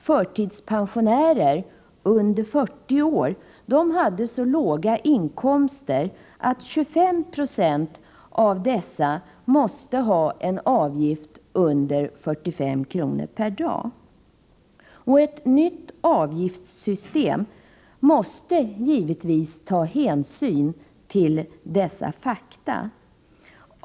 Förtidspensionärer under 40 år hade så låga inkomster att 25 20 av dessa patienter måste ha en avgift under 45 kr. per dag. Ett nytt avgiftssystem måste givetvis ta hänsyn till dessa fakta.